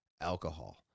alcohol